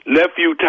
Nephew